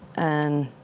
and.